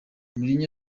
mourinho